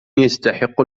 يستحق